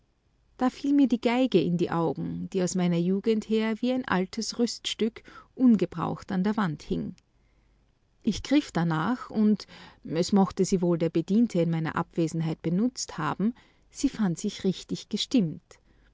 da fiel mir meine geige in die augen die aus meiner jugend her wie ein altes rüststück ungebraucht an der wand hing ich griff darnach und es mochte sie wohl der bediente in meiner abwesenheit benützt haben sie fand sich richtig gestimmt